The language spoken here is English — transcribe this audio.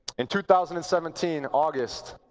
in two thousand and seventeen, august,